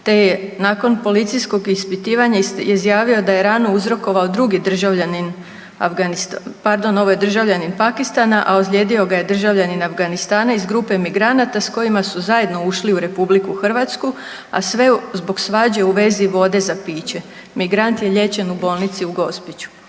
te je nakon policijskog ispitivanja izjavio da je ranu uzrokovao drugi državljanin Afganistana, pardon ovo je državljanin Pakistana, a ozlijedio ga je državljanin Afganistana iz grupe migranata s kojima su zajedno ušli u RH, a sve zbog svađe u vezi vode za piće. Migrant je liječen u bolnici u Gospiću.